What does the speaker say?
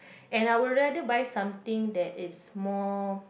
and I will rather buy something that is more